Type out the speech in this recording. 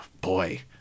boy